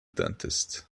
dentist